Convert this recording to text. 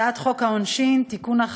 הצעת חוק העונשין (תיקון,